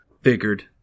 Figured